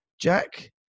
Jack